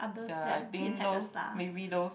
the I think those maybe those